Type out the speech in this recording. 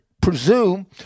presume